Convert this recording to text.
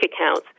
accounts